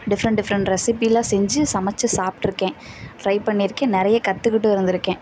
different different ரெசிபியெலாம் செஞ்சு சமைச்சு சாப்பிட்ருக்கேன் ட்ரை பண்ணியிருக்கேன் நிறைய கற்றுக்கிட்டும் இருந்திருக்கேன்